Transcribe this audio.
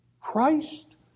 Christ